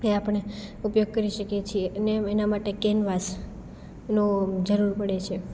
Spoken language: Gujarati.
એ આપણે ઉપયોગ કરી શકીએ છીએ અને એના માટે કેનવાસ નો જરૂર પડે છે